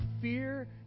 fear